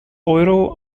euro